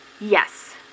Yes